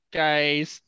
guys